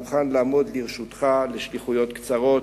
מוכן לעמוד לרשותך לשליחויות קצרות,